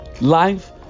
Life